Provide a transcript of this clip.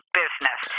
business